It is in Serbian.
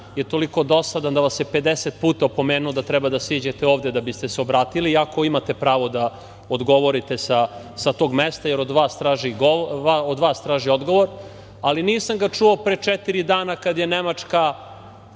je toliko dosadan da vas je 50 puta opomenuo da treba da siđete ovde da biste se obratili, iako imate pravo da odgovorite sa tog mesta, jer od vas traži odgovor, ali nisam ga čuo pre četiri dana kad je Nemačka